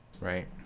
Right